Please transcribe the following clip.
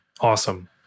Awesome